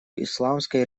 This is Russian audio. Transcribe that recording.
исламской